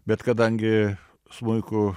bet kadangi smuiku